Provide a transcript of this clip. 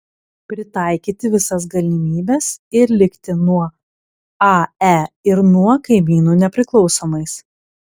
pritaikyti visas galimybes ir likti nuo ae ir nuo kaimynų nepriklausomais